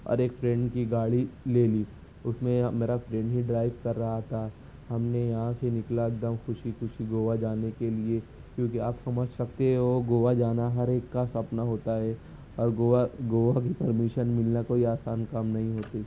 اور ایک فرینڈ کی گاڑی لے لی اس میں میرا فرینڈ ہی ڈرائیو کر رہا تھا ہم نے یہاں سے نکلا ایک دم خوشی خوشی گوا جانے کے لیے کیونکہ آپ سمجھ سکتے ہو گوا جانا ہر ایک کا سپنا ہوتا ہے اور گوا گوا کی پرمیشن ملنا کوئی آسان کام نہیں ہوتی